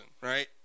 right